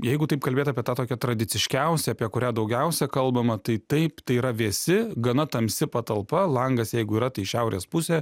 jeigu taip kalbėt apie tą tokią tradiciškiausią apie kurią daugiausia kalbama tai taip tai yra vėsi gana tamsi patalpa langas jeigu yra tai į šiaurės pusę